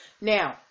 Now